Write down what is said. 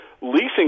leasing